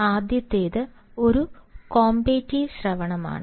ആദ്യത്തേത് ഒരു കോമ്പറ്റീവ് ശ്രവണമാണ്